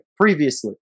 previously